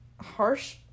harsh